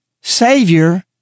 Savior